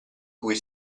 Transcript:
cui